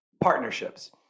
partnerships